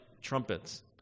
trumpets